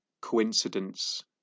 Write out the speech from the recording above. coincidence